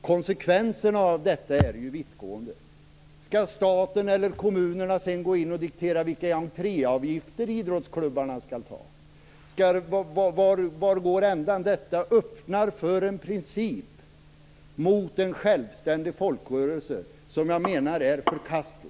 Konsekvenserna av detta är ju vittgående. Skall staten eller kommunerna sedan gå in och diktera vilka entréavgifter idrottsklubbarna skall ta? Detta öppnar för en princip mot en självständig folkrörelse som jag menar är förkastlig.